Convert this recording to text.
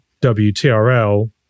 WTRL